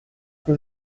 que